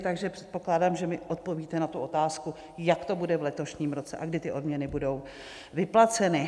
Takže předpokládám, že mi odpovíte na tu otázku, jak to bude v letošním roce a kdy ty odměny budou vyplaceny.